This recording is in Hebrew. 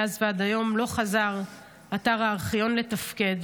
מאז ועד היום לא חזר אתר הארכיון לתפקד.